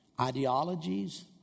ideologies